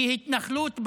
כי התנחלות,